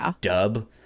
dub